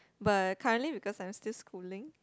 but currently because I'm still schooling